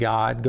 God